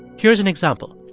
here's an example.